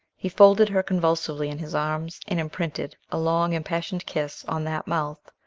he folded her convulsively in his arms, and imprinted a long impassioned kiss on that mouth,